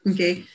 Okay